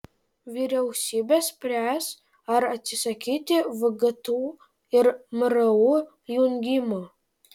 vyriausybė spręs ar atsisakyti vgtu ir mru jungimo